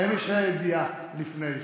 האם יש ה"א הידיעה לפני כן.